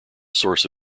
source